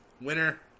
Winner